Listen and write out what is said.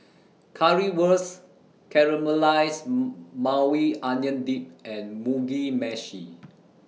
Currywurst Caramelized Maui Onion Dip and Mugi Meshi